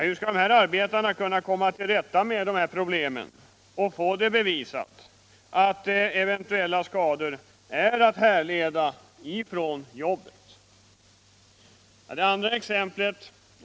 Hur skall dessa arbetare kunna komma till rätta med det här problemet och få bevisat att eventuella skador är att härleda från jobbet? Ett annat exempel.